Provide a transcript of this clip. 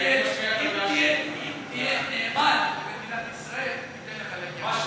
אם תהיה נאמן למדינת ישראל ניתן לך להגיע,